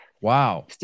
Wow